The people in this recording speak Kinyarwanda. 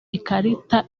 ikarita